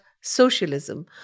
socialism